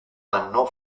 anno